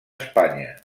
espanya